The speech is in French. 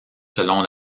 selon